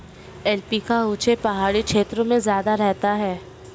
alpaca ऊँचे पहाड़ी क्षेत्रों में ज्यादा रहता है